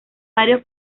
varios